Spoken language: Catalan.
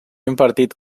impartit